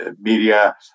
media